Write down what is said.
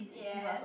yes